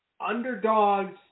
underdogs